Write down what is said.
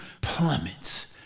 plummets